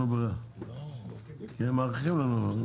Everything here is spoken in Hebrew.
מה רצית לומר פה?